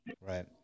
Right